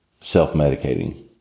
self-medicating